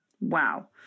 Wow